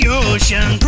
ocean